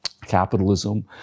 capitalism